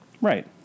Right